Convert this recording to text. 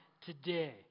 today